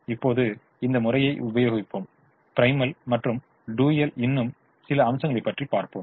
இப்போது இந்த முறையை உபயோகிப்போம் ப்ரிமல் மற்றும் டூயலின் இன்னும் சில அம்சங்களைப் பற்றி பார்ப்போம்